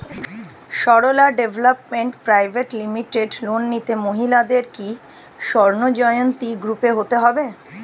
Sarala development private limited loan নিতে মহিলাদের কি স্বর্ণ জয়ন্তী গ্রুপে হতে হবে?